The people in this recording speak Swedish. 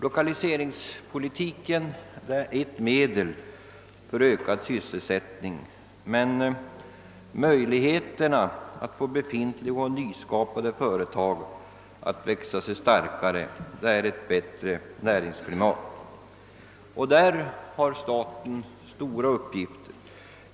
Lokaliseringspolitiken är ett medel för ökad sysselsättning, men förutsättningen för att få befintliga och nyskapade företag att växa sig starkare är bättre lönsamhet. Därvidlag har staten stora uppgifter.